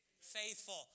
Faithful